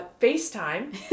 facetime